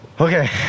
Okay